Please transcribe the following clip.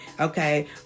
okay